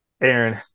Aaron